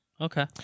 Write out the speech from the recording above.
Okay